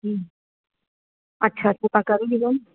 हूं अच्छा पोइ तव्हां करे ॾींदव